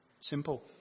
Simple